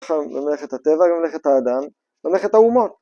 ממלכת הטבע, ממלכת האדם, ממלכת האומות